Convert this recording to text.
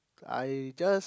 I just